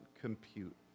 compute